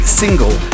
single